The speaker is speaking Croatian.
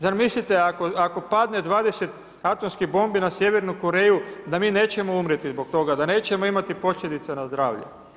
Zar mislite, ako padne 20 atomskih bombi na Sjevernu Koreju, da mi nećemo umrijeti zbog toga, da nećemo imati posljedice na zdravlje?